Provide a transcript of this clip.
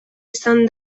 izan